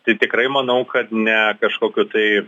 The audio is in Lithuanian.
tai tikrai manau kad ne kažkokių tai